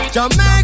Jamaica